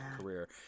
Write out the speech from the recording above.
career